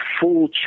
full